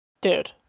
Dude